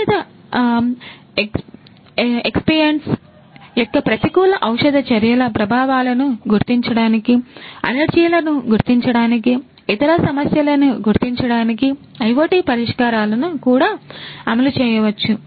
ఔషధ ఎక్సిపియెంట్స్ను గుర్తించడానికి ఇతర సమస్యలని గుర్తించడానికి IoT పరిష్కారాలను కూడా అమలు చేయవచ్చు